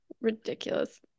Ridiculous